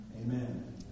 Amen